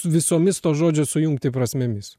visomis to žodžio sujungti prasmėmis